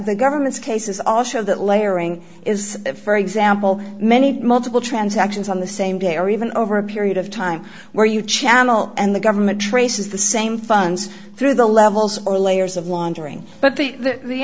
the government's case is also that layering is if for example many multiple transactions on the same day or even over a period of time where you channel and the government traces the same funds through the levels or layers of laundering but the